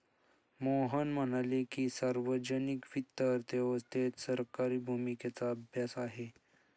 मोहन म्हणाले की, सार्वजनिक वित्त अर्थव्यवस्थेत सरकारी भूमिकेचा अभ्यास आहे